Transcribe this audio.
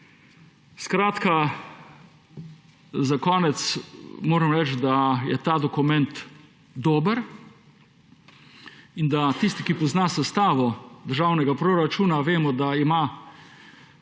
Za konec moram reči, da je ta dokument dober in da tisti, ki poznamo sestavo državnega proračuna, vemo, da je